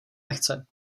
lehce